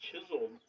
chiseled